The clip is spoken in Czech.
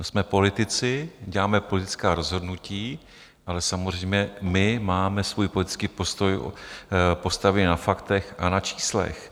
Jsme politici, děláme politická rozhodnutí, ale samozřejmě my máme svůj politický postoj postavený na faktech a na číslech.